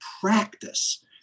practice